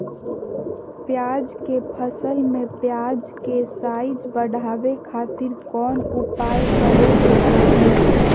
प्याज के फसल में प्याज के साइज बढ़ावे खातिर कौन उपाय करे के चाही?